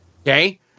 Okay